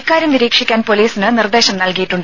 ഇക്കാര്യം നിരീക്ഷിക്കാൻ പൊലീസിന് നിർദ്ദേശം നൽകിയിട്ടുണ്ട്